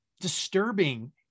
disturbing